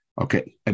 Okay